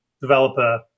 developer